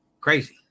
crazy